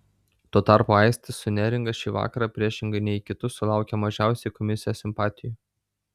tuo tarpu aistis su neringa šį vakarą priešingai nei kitus sulaukė mažiausiai komisijos simpatijų